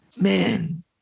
man